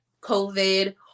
COVID